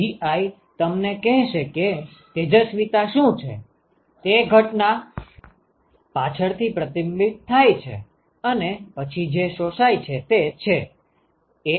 તેથી iAiGi તમને કહેશે કે તેજસ્વિતા શું છે તે ઘટના પાછળથી પ્રતિબિંબિત થાય છે અને પછી જે શોષાય છે તે છે AiiGi